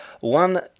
One